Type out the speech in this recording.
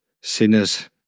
sinners